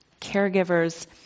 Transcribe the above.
caregivers